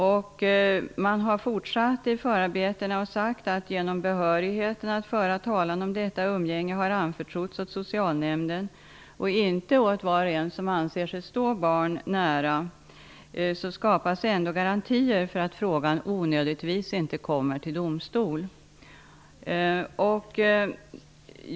I förarbetena har det vidare sagts att: ''Genom att behörigheten att föra talan om detta umgänge har anförtrotts åt socialnämnden och inte åt var och en som anser sig stå barnet så nära -- skapas garantier för att frågan inte onödigtvis kommer till domstol.''